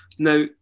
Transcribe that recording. Now